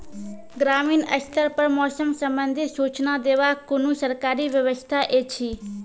ग्रामीण स्तर पर मौसम संबंधित सूचना देवाक कुनू सरकारी व्यवस्था ऐछि?